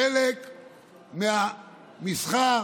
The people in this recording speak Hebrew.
חלק מהמסחר,